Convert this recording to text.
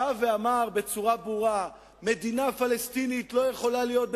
בא ואמר בצורה ברורה: מדינה פלסטינית לא יכולה להיות גם